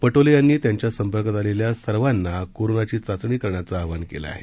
पटोले यांनी त्यांच्या संपर्कात आलेल्या सर्वांना कोरोनाची चाचणी करण्याचं आवाहन केलं आहे